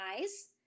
eyes